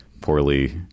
poorly